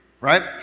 right